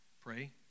pray